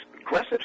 aggressive